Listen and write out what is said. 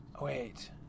Wait